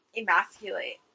emasculate